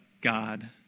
God